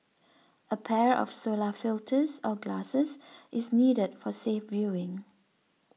a pair of solar filters or glasses is needed for safe viewing